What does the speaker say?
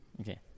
Okay